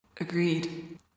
Agreed